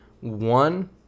one